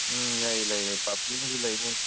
ꯎꯝ ꯂꯩ ꯂꯩ ꯂꯩ ꯄꯔꯐ꯭ꯌꯨꯝꯗꯁꯨ ꯂꯩꯅꯤ